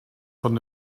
von